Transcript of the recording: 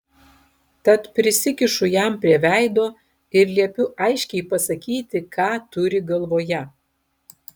tad prisikišu jam prie veido ir liepiu aiškiai pasakyti ką turi galvoje